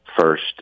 first